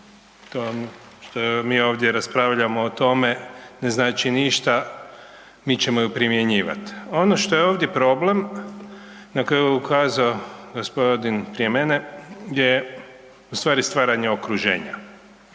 to što mi ovdje raspravljamo o tome ne znači ništa, mi ćemo ju primjenjivat. Ono što je ovdje problem na koje je ukazao gospodin prije mene je ustvari stvaranje okruženja.